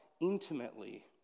intimately